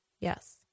Yes